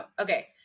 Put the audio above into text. okay